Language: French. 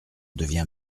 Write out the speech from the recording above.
deviens